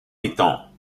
pitons